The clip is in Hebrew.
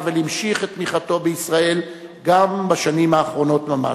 האוול המשיך את תמיכתו בישראל גם בשנים האחרונות ממש,